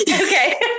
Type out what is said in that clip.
Okay